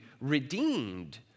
redeemed